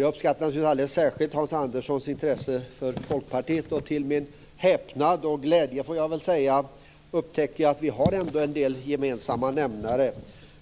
Jag uppskattar alldeles särskilt Hans Anderssons intresse för Folkpartiet. Till min häpnad och glädje har jag upptäckt att vi har en del gemensamma nämnare.